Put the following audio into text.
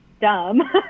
dumb